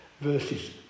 verses